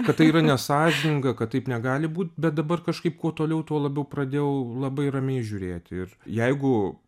kad tai yra nesąžininga kad taip negali būt bet dabar kažkaip kuo toliau tuo labiau pradėjau labai ramiai žiūrėti ir jeigu